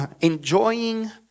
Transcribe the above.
enjoying